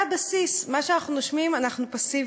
זה הבסיס, מה שאנחנו נושמים, אנחנו פסיביים.